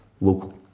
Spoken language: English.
local